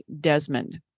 Desmond